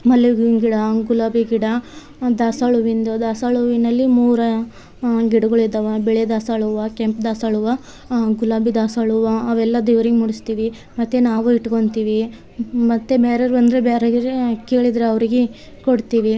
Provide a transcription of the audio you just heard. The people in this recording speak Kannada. ಮಲ್ಲೆ ಹೂವಿನ ಗಿಡ ಗುಲಾಬಿ ಗಿಡ ದಾಸ್ವಾಳ ಹೂವಿಂದು ದಾಸ್ವಾಳ ಹೂವಿನಲ್ಲಿ ಮೂರು ಗಿಡಗಳು ಇದಾವೆ ಬಿಳಿ ದಾಸ್ವಾಳ ಹೂವು ಕೆಂಪು ದಾಸವಾಳ ಹೂವು ಗುಲಾಬಿ ದಾಸ್ವಾಳ ಹೂವು ಅವೆಲ್ಲ ದೇವರಿಗೆ ಮುಡಿಸ್ತೀವಿ ಮತ್ತು ನಾವು ಇಟ್ಕೊತೀವಿ ಮತ್ತು ಬೇರೆಯವರು ಬಂದರೆ ಬೇರೆಯವ್ರು ಕೇಳಿದ್ರೆ ಅವರಿಗೆ ಕೊಡ್ತೀವಿ